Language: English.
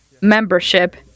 membership